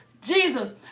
Jesus